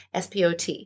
SPOT